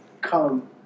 come